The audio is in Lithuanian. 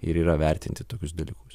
ir yra vertinti tokius dalykus